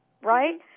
right